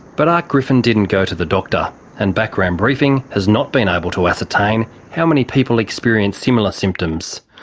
but ark griffin didn't go to the doctor and background briefing has not been able to ascertain how many people experienced similar symptoms,